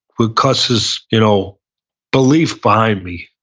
with cus's you know belief behind me.